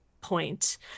point